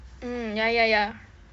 mm ya ya ya